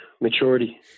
maturity